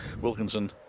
Wilkinson